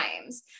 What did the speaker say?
times